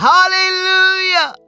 Hallelujah